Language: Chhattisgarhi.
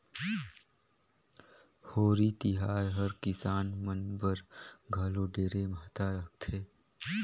होरी तिहार हर किसान मन बर घलो ढेरे महत्ता रखथे